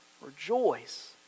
rejoice